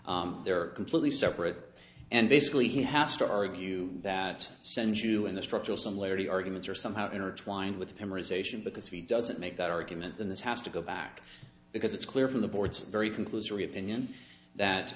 they're completely separate and basically he has to argue that sensu in the structural similarity arguments are somehow intertwined with the primaries ation because he doesn't make that argument and this has to go back because it's clear from the board's very